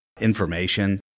information